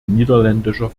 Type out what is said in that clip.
niederländischer